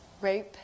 rape